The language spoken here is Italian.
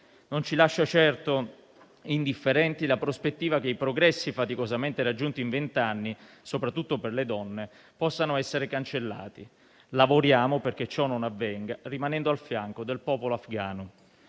Non ci lascia certo indifferenti la prospettiva che i progressi faticosamente raggiunti in vent'anni, soprattutto per le donne, possano essere cancellati. Lavoriamo perché ciò non avvenga rimanendo al fianco del popolo afgano.